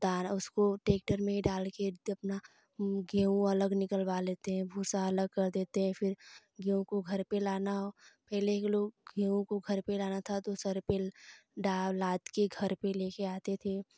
दारा उसको ट्रैक्टर में डाल कर अपना गेहूँ अलग निकलवा लेते हैं भूसा का अलग कर देते हैं फिर गेहूँ को घर पर लाना पहले लोग गेहूँ को घर पर लाना था तो सर पर लाद कर घर पर ले कर आते थे